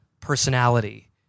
personality